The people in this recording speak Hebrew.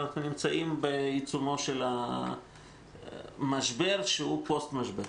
אבל אנחנו נמצאים בעיצומו של המשבר שהוא פוסט משבר.